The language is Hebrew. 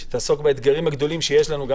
שתעסוק באתגרים הגדולים שיש לנו גם